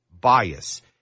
bias